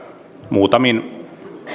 muutamin